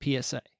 PSA